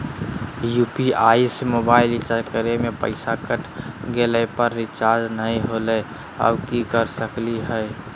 UPI से mobile recharge करे में पैसा कट गेलई, पर रिचार्ज नई होलई, अब की कर सकली हई?